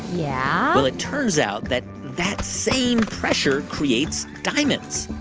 yeah well, it turns out that that same pressure creates diamonds